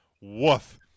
Woof